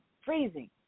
freezing